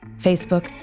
Facebook